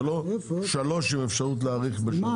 ולא שלוש שנים עם אפשרות להאריך בשנה.